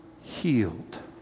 healed